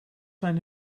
zijn